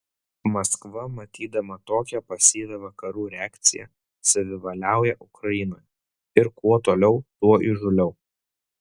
maskva matydama tokią pasyvią vakarų reakciją savivaliauja ukrainoje ir kuo toliau tuo įžūliau